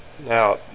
Now